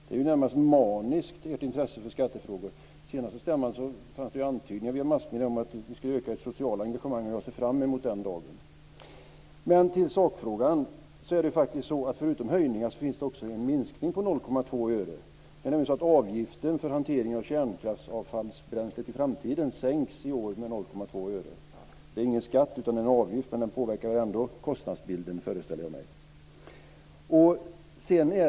Ert intresse för skattefrågor är närmast maniskt. Vid den senaste stämman fanns det antydningar enligt medierna om att ni skulle öka det sociala engagemanget. Jag ser fram emot den dagen. Till sakfrågan. Förutom höjningar finns det också en minskning på 0,2 öre. Avgiften för hantering av kärnkraftsavfallsbränsle till framtiden sänks i år med 0,2 öre. Det är ingen skatt utan en avgift men den påverkar ändå kostnadsbilden, föreställer jag mig.